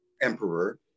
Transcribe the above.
emperor